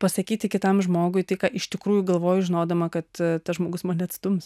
pasakyti kitam žmogui tai ką iš tikrųjų galvoju žinodama kad tas žmogus mane atstums